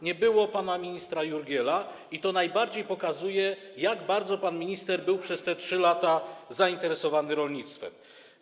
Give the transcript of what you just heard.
Nie było pana ministra Jurgiela i to najbardziej pokazuje, jak bardzo pan minister był przez te 3 lata zainteresowany rolnictwem.